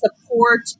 support